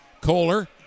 Kohler